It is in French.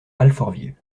alfortville